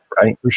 Right